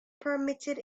permitted